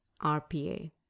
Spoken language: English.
RPA